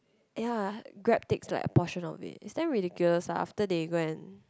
ya Grab takes like a portion of it it's damn ridiculous ah after they go and